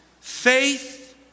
faith